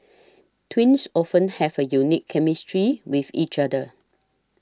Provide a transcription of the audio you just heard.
twins often have a unique chemistry with each other